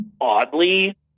oddly